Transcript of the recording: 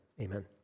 amen